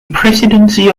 presidency